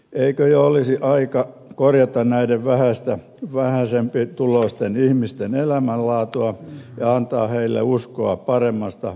eikö jo olisi aika korjata näiden vähäisempituloisten ihmisten elämänlaatua ja antaa heille uskoa paremmasta huomispäivästä